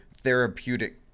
therapeutic